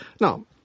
Now